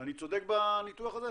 אני צודק בניתוח הזה?